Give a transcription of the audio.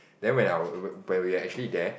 then when I wa~ when we are actually there